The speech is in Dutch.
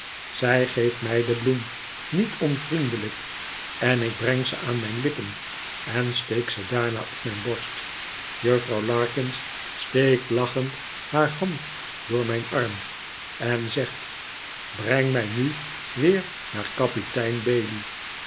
zij geeft mij de bloem niet onvriendelijk en ik breng ze aan mijn lippen en steek ze daarna op mijn borst juffrouw larkins steekt lachend haar hand door mijn arm en zegt breng mij nu weer naar kapitein bailey